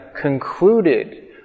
concluded